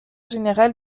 général